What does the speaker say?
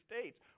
States